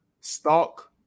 Stalk